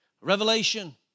Revelation